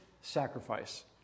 sacrifice